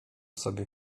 sobie